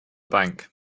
bank